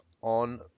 on